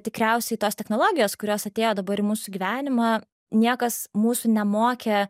tikriausiai tos technologijos kurios atėjo dabar į mūsų gyvenimą niekas mūsų nemokė